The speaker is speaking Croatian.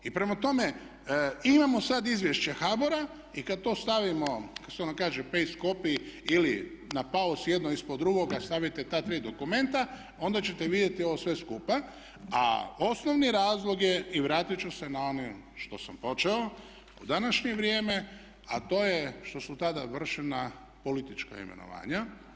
I prema tome, imamo sad izvješće HBOR-a i kad to stavimo kako se to ono kaže paste, copy ili na … jedno ispod drugoga stavite ta tri dokumenta onda ćete vidjeti ovo sve skupa, a osnovni razlog je i vratit ću se na ono s čim sam počeo u današnje vrijeme a to je što su tada vršena politička imenovanja.